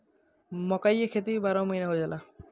मकई के खेती भी बारहो महिना हो जाला